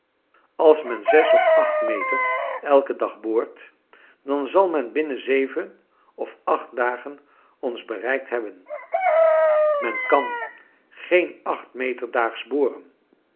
als men zes of acht meter elken dag boort dan zal men binnen zeven of acht dagen ons bereikt hebben men kan geen acht meter daags boren